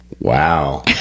wow